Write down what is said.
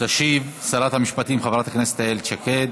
תשיב שרת המשפטים חברת הכנסת איילת שקד.